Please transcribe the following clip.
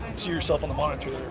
see yourself on the monitor.